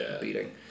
beating